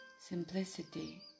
Simplicity